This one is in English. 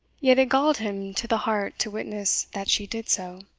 yet it galled him to the heart to witness that she did so.